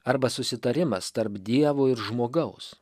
arba susitarimas tarp dievo ir žmogaus